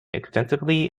extensively